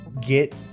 get